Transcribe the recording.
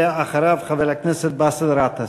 אחריו, חבר הכנסת באסל גטאס.